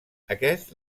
aquest